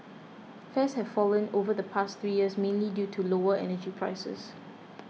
fares have fallen over the past three years mainly due to lower energy prices